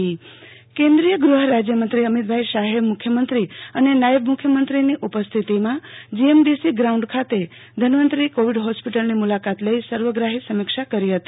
આરતી Bhat Dhanvantari Covid hospital કેન્દ્રીય ગૃહ રાજયમંત્રી અમીતભાઈ શાહ મુખ્યમંત્રી અને નાયબ મુખ્યમંત્રીની ઉપસ્થિતમાં જીઅમડીસી ગ્રાઉન્ડ ખાત ધન્વતરી કોવિડ હોસ્પિટલની મુલાકાત લઈ સર્વગાહો સમીક્ષા કરી હતી